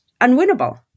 unwinnable